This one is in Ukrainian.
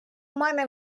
мене